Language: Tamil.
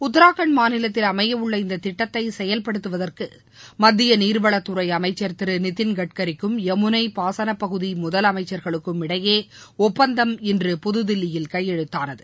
உத்தராகண்ட் மாநிலத்தில் அமையவுள்ள இந்த திட்டத்தை செயல்படுத்துவதற்கு மத்திய நீர்வளத்துறை அமைச்சர் திரு நிதின்கட்கரிக்கும் யமுனை பாசனப்பகுதி முதலமைச்சர்களுக்கும் இடையே இந்த ஒப்பந்தம் இன்று புதுதில்லியில் கையெழுத்தானது